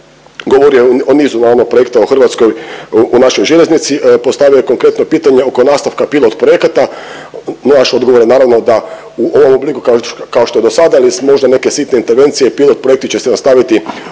govorio je o nizu onog projekta u Hrvatskoj o našoj željeznici, postavio je konkretno pitanje oko nastavka pilot projekata. Naš odgovor je naravno da u ovom obliku kao što je dosada ili možda neke sitne intervencije, pilot projekti će se nastaviti u